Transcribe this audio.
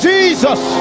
Jesus